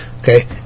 Okay